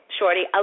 Shorty